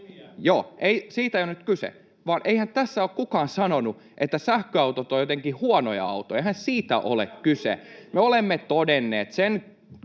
siitä ei ole nyt kyse. Eihän tässä ole kukaan sanonut, että sähköautot ovat jotenkin huonoja autoja. Eihän siitä ole kyse. [Timo Harakka: